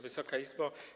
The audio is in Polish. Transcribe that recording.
Wysoka Izbo!